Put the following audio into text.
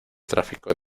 tráfico